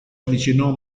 avvicinò